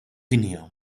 dinja